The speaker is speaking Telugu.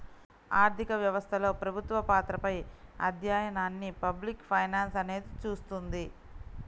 ఆర్థిక వ్యవస్థలో ప్రభుత్వ పాత్రపై అధ్యయనాన్ని పబ్లిక్ ఫైనాన్స్ అనేది చూస్తుంది